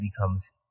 becomes